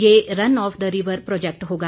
यह run of the river project होगा